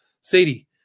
Sadie